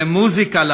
למוזיקה,